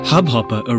Hubhopper